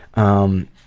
um,